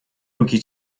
руки